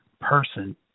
person